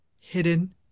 hidden